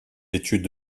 études